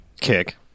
Kick